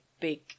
big